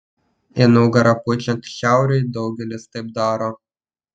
į nugarą pučiant šiauriui daugelis taip daro